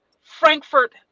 Frankfurt